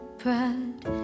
pride